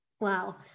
Wow